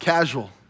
Casual